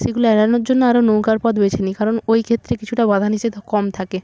সেগুলো এড়ানোর জন্য আরও নৌকার পথ বেছে নিই কারণ ওই ক্ষেত্রে কিছুটা বাধা নিষেধ কম থাকে